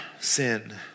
sin